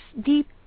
deep